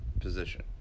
position